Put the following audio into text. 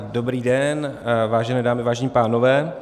Dobrý den, vážené dámy, vážení pánové.